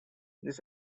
this